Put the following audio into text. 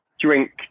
drink